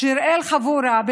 שיראל חבורה,